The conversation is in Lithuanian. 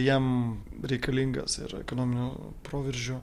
jam reikalingas ir ekonominiu proveržiu